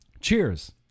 Cheers